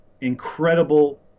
incredible